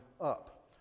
up